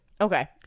Okay